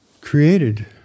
created